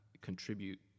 contribute